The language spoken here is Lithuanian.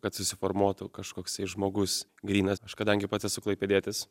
kad susiformuotų kažkoksai žmogus grynas aš kadangi pats esu klaipėdietis